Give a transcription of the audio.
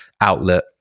outlet